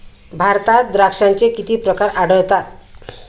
भारतात द्राक्षांचे किती प्रकार आढळतात?